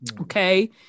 okay